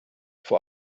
vor